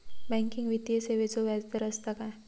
Banking वित्तीय सेवाचो व्याजदर असता काय?